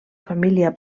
família